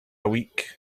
week